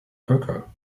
cocoa